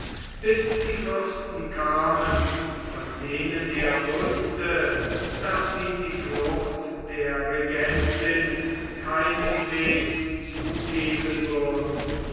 bis die fürsten kamen von denen er wußte daß sie die flucht der regentin keineswegs zugeben würden